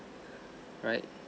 right